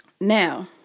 Now